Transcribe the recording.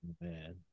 Man